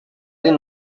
den